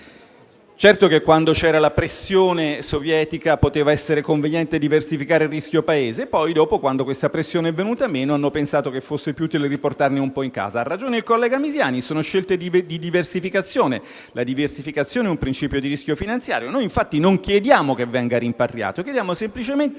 tedesco. Quando c'era la pressione sovietica poteva essere conveniente diversificare il rischio Paese, ma quando questa pressione è venuta meno hanno pensato che fosse più utile riportarne un po' in casa. Ha ragione il collega Misiani: sono scelte di diversificazione. La diversificazione è un principio di rischio finanziario e noi non chiediamo che venga rimpatriato; chiediamo semplicemente che